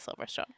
Silverstone